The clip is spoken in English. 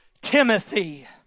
Timothy